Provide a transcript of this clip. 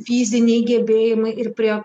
fiziniai gebėjimai ir prie